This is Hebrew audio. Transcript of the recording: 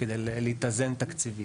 כדי להתאזן תקציבית.